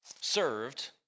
served